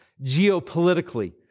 geopolitically